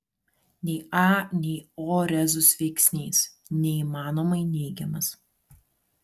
nei a nei o rezus veiksnys neįmanomai neigiamas